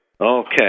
Okay